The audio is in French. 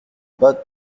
pas